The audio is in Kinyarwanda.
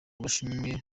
gashimwe